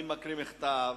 אני מקריא מכתב